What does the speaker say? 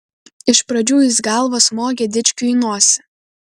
iš pradžių jis galva smogė dičkiui į nosį